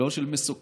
לא של מסוקים.